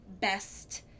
best